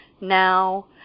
now